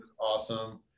awesome